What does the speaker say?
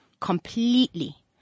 completely